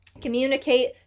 Communicate